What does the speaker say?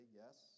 yes